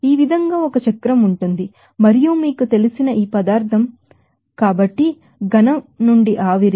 కాబట్టి ఈ విధంగా ఒక చక్రం ఉంటుంది మరియు మీకు తెలిసిన ఈ పదార్థం మీకు తెలుసు కాబట్టి సాలిడ్ నుండి వేపర్ మరియు వేపర్ ఇలా సాలిడ్